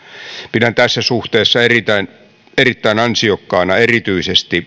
pidän tässä suhteessa erittäin erittäin ansiokkaana erityisesti